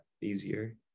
easier